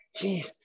jeez